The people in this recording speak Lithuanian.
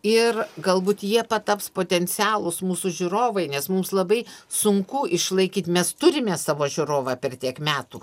ir galbūt jie pataps potencialūs mūsų žiūrovai nes mums labai sunku išlaikyt mes turime savo žiūrovą per tiek metų